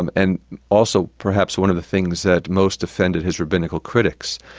and and also perhaps one of the things that most offended his rabbinical critics.